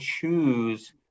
choose